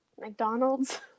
McDonald's